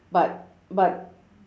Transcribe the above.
but but